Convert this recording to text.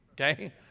okay